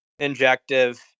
Injective